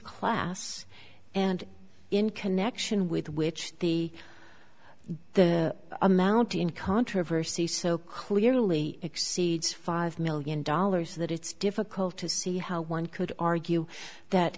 class and in connection with which the the amount in controversy so clearly exceeds five million dollars that it's difficult to see how one could argue that